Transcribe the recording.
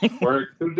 Work